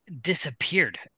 disappeared